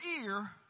ear